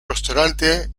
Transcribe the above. restaurante